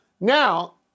Now